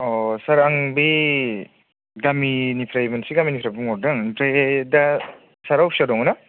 अ सार आं बे गामिनिफ्राय मोनसे गामिनिफ्राय बुंहरदों आमफ्राय दा सारा अफिसाव दङ' दा